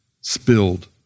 spilled